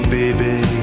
baby